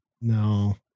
no